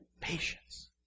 patience